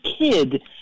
kid